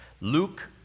Luke